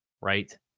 right